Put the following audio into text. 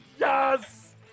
Yes